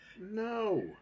No